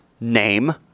name